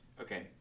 Okay